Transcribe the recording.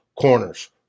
corners